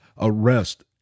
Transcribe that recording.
arrest